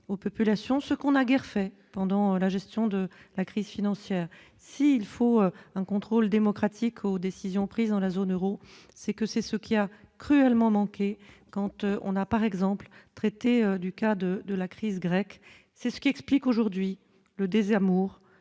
aux populations, ce qu'on n'a guère fait pendant la gestion de la crise financière s'il faut un contrôle démocratique aux décisions prises dans la zone Euro, c'est que c'est ce qui a cruellement manqué compte on a par exemple le traité du cas de de la crise grecque c'est ce qui explique aujourd'hui le désamour